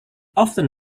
often